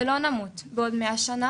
ולא נמות בעוד 100 שנים